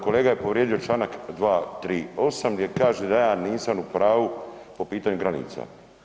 Kolega je povrijedio članak 238. gdje kaže da ja nisam u pravu po pitanju granica.